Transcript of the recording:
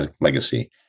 legacy